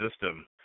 system